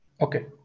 Okay